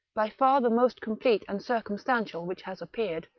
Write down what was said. by far the most complete and circumstantial which has appeared,